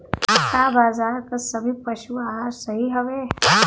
का बाजार क सभी पशु आहार सही हवें?